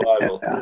Bible